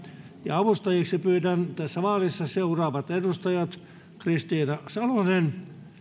avustajiksi tässä vaalissa pyydän seuraavat edustajat kristiina salonen